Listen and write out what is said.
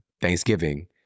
Thanksgiving